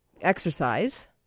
exercise